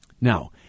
Now